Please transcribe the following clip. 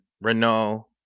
Renault